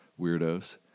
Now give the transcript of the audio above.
weirdos